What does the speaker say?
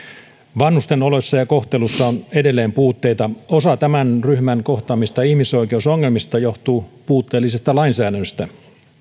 vanhusten oloissa ja kohtelussa on edelleen puutteita osa tämän ryhmän kohtaamista ihmisoikeusongelmista johtuu puutteellisesta lainsäädännöstä